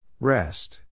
Rest